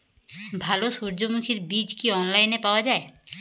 ভালো সূর্যমুখির বীজ কি অনলাইনে পাওয়া যায়?